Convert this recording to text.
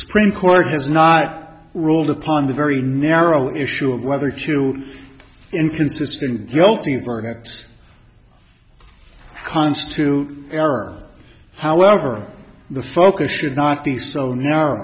supreme court has not ruled upon the very narrow issue of whether two inconsistent guilty verdicts constitute error however the focus should not be so no